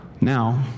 Now